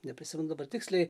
neprisimenu dabar tiksliai